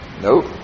Nope